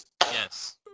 yes